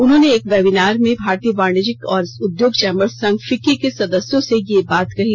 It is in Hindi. उन्होंने एक वैबिनार में भारतीय याणिज्य और उद्योग चैंबर्स संघ फिक्री के सदस्यों से यह बात कही